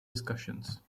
discussions